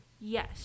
Yes